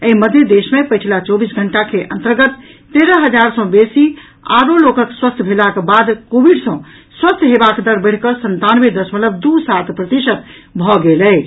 एहि मध्य देश मे पछिला चौबीस घंटा के अंतर्गत तेरह हजार सॅ बेसी आओर लोकक स्वस्थ भेलाक बाद कोविड सॅ स्वस्थ होयबाक दर बढ़िकऽ संतानवे दशमलव दू सात प्रतिशत भऽ गेल अछि